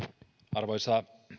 arvoisa